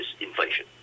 inflation